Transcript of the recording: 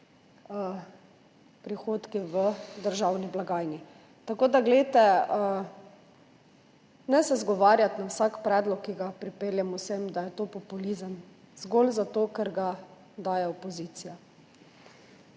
prihodki v državni blagajni. Ne se izgovarjati na vsak predlog, ki ga pripeljemo sem, da je to populizem, zgolj zato, ker ga daje opozicija.